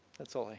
that's all i